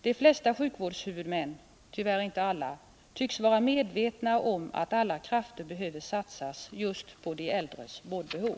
De flesta sjukvårdshuvudmän — tyvärr inte alla — tycks vara medvetna om att alla krafter behöver satsas just för de äldres vårdbehov.